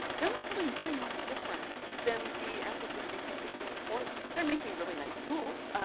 they're not really doing much different than the ancestor species that came before them. they're making really nice tools,